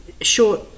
short